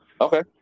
okay